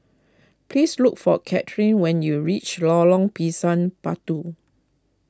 please look for Kaitlynn when you reach Lorong Pisang Batu